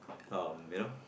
um you know